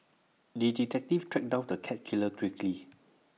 the detective tracked down the cat killer quickly